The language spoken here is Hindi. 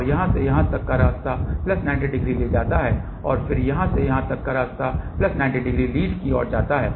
और यहाँ से यहाँ तक का रास्ता प्लस 90 तक ले जाता है और यहाँ से यहाँ तक का रास्ता प्लस 90 लीड की ओर जाता है